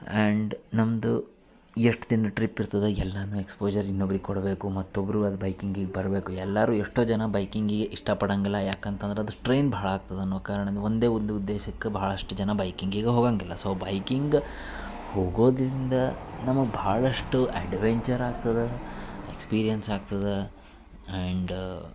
and ನಮ್ಮದು ಎಷ್ಟು ದಿನ ಟ್ರಿಪ್ ಇರ್ತದೆ ಎಲ್ಲಾನು ಎಕ್ಸ್ಪೋಜರ್ ಇನ್ನೊಬ್ರಿಗೆ ಕೊಡಬೇಕು ಮತ್ತೊಬ್ಬರು ಅದು ಬೈಕಿಂಗಿಗೆ ಬರಬೇಕು ಎಲ್ಲಾರು ಎಷ್ಟೊ ಜನ ಬೈಕಿಂಗಿಗೆ ಇಷ್ಟ ಪಡಂಗಿಲ್ಲ ಯಾಕಂತಂದ್ರ ಅದು ಸ್ಟ್ರೈನ್ ಭಾಳ ಆಗ್ತದ ಅನ್ನೊ ಕಾರಣನು ಒಂದೆ ಒಂದು ಉದ್ದೇಶಕ್ಕ ಭಾಳಷ್ಟು ಜನ ಬೈಕಿಂಗಿಗೆ ಹೋಗಂಗಿಲ್ಲ ಸೊ ಬೈಕಿಂಗ್ ಹೋಗೋದಿಂದ ನಮಗೆ ಭಾಳಷ್ಟು ಅಡ್ವೆಂಚರ್ ಆಗ್ತದ ಎಕ್ಸ್ಪೀರಿಯೆನ್ಸ್ ಆಗ್ತದ ಆ್ಯಂಡ್